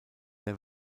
der